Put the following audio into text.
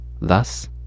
Thus